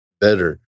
better